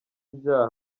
ibyaha